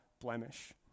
blemish